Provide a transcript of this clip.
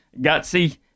gutsy